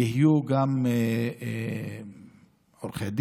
יהיו גם עורכי דין,